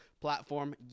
platform